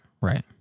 right